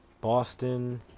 Boston